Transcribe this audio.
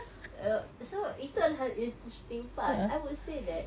oh so itu adalah interesting part I would say that